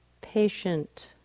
patient